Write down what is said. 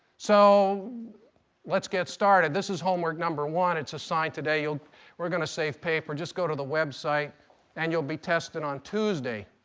so let's get started. this is homework number one. it's assigned today. we're going to save paper just go to the website and you'll be tested on tuesday,